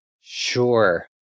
Sure